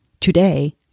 today